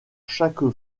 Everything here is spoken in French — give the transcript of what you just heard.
chaque